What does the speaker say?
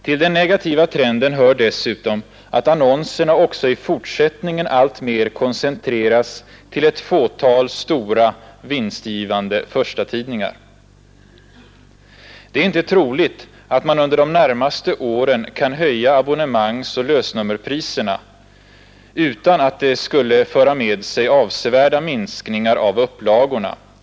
Till den negativa trenden hör dessutom att annonserna också i fortsättningen alltmer koncentreras till ett fåtal stora, vinstgivande förstatidningar. Det är inte troligt att man under de närmaste åren kan höja abonnemangsoch lösnummerpriserna utan att det skulle föra med sig avsevärda minskningar av upplagorna.